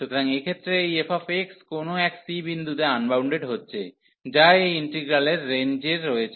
সুতরাং এক্ষেত্রে এই f কোন এক c বিন্দুতে আনবাউন্ডেড হচ্ছে যা এই ইন্টিগ্রালের রেঞ্জে রয়েছে